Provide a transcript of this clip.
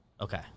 Okay